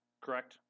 Correct